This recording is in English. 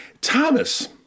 Thomas